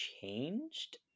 changed